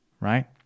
Right